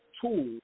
tool